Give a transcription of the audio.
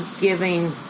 giving